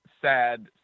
sad